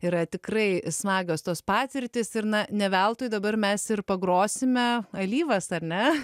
yra tikrai smagios tos patirtys ir na ne veltui dabar mes ir pagrosime alyvas ar ne